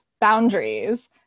boundaries